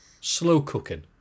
slow-cooking